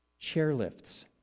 chairlifts